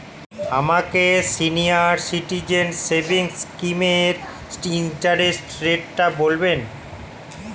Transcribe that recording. আমাকে senior citizen savings স্কিমের interest রেটটা বলবেন